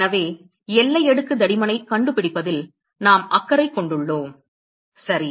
எனவே எல்லை அடுக்கு தடிமனைக் கண்டுபிடிப்பதில் நாம் அக்கறை கொண்டுள்ளோம் சரி